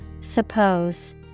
Suppose